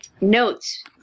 notes